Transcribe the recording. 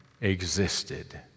existed